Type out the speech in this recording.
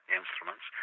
instruments